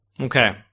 Okay